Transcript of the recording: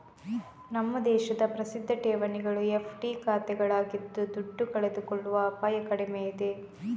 ನಮ್ಮ ದೇಶದ ಪ್ರಸಿದ್ಧ ಠೇವಣಿಗಳು ಎಫ್.ಡಿ ಖಾತೆಗಳಾಗಿದ್ದು ದುಡ್ಡು ಕಳೆದುಕೊಳ್ಳುವ ಅಪಾಯ ಕಡಿಮೆ ಇದೆ